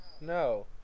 No